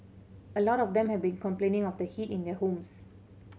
a lot of them have been complaining of the heat in their homes